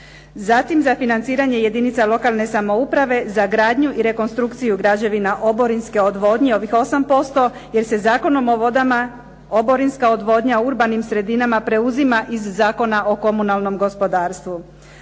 Zatim za financiranje jedinica lokalne samouprave, za gradnju i rekonstrukciju građevina oborinske odvodnje, ovim 8%, jer se Zakonom o vodama oborinska odvodnja urbanim sredinama preuzima iz Zakona o komunalnom gospodarstvu.